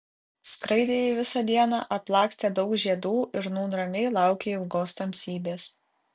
skraidė ji visą dieną aplakstė daug žiedų ir nūn ramiai laukė ilgos tamsybės